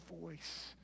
voice